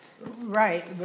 Right